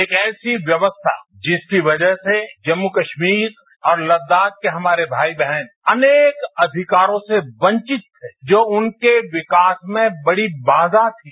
एक ऐत्ती व्यवस्था जिसकी वजह से जम्मु कस्मीर और लदाख के हमारे भाई बहन अनेक अधिकारों से वंचित थे जो उनके विकास में बड़ी बाघा थी